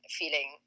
feeling